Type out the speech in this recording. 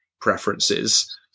preferences –